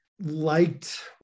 Liked